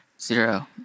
Zero